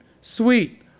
Sweet